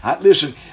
listen